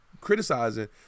criticizing